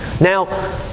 now